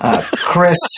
Chris